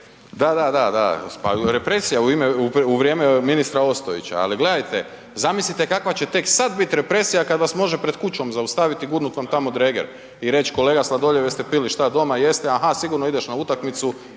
Da, da, represija u vrijeme ministra Ostojića, ali gledajte, zamislite kakva je će tek sada biti represija kada vas može pred kućom zaustaviti i gurnut vam tamo dreger i reć kolega Sladoljev jeste pili šta doma, jeste, aha, sigurno ideš na utakmicu